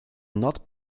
not